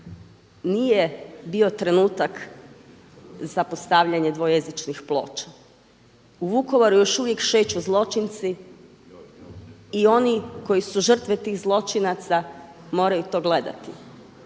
nije bio trenutak za postavljanje dvojezičnih ploča. U Vukovaru još uvijek šeću zločinci i oni koji su žrtve tih zločinaca moraju to gledati.